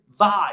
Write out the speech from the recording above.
vibe